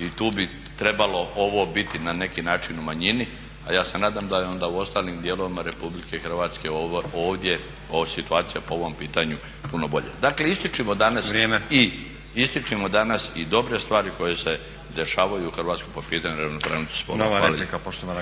i tu bi trebalo ovo biti na neki način u manji, a ja se nadam da je onda u ostalim dijelovima RH ovdje ova situacija po ovom pitanju puno bolja. Dakle ističimo danas i dobre stvari koje se dešavaju u Hrvatskoj po pitanju ravnopravnosti spolova.